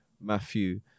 Matthew